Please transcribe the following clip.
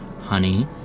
Honey